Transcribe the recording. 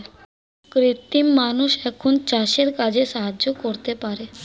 কৃত্রিম মানুষ এখন চাষের কাজে সাহায্য করতে পারে